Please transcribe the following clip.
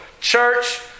church